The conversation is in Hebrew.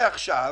לא ערבים,